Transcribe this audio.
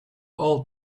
old